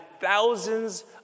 thousands